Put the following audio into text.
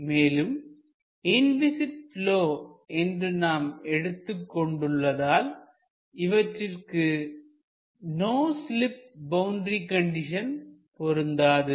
மேலும் inviscid flow என்று நாம் எடுத்துக் கொண்டுள்ளதால் இவற்றிற்கு நோ ஸ்லீப் பவுண்டரி கண்டிஷன் பொருந்தாது